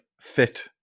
fit